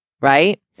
right